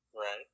Right